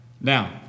Now